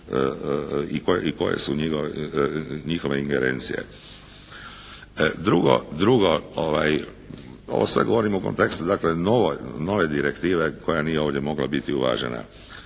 i koje su njihove ingerencije. Drugo, ovo sve govorim u kontekstu nove regulative koja nije ovdje mogla biti uvažena.